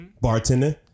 bartender